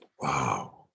Wow